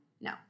No